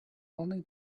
only